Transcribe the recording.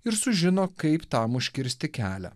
ir sužino kaip tam užkirsti kelią